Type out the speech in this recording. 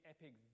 epic